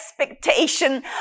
expectation